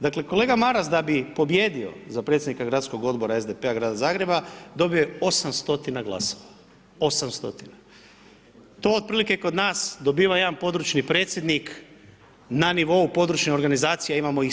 Dakle, kolega Maras da bi pobijedio za predsjednika Gradskog odbora SDP-a Grada Zagreba dobio je 800 glasova, 800, to otprilike kod nas dobiva jedan područni predsjednik na nivou područne organizacije a imamo ih 17.